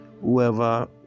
whoever